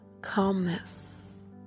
Calmness